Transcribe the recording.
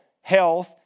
health